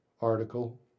article